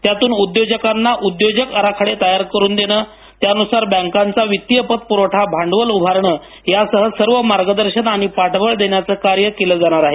त्यातून उद्योजकांना उद्योजक आराखडे तयार करून देणे त्यानुसार बँकांचा वित्तीय पतप्रवठा भांडवल उभारणेसह सर्व मार्गदर्शन आणि पाठबळ देण्याचे कार्य केले जाणार आहे